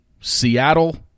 Seattle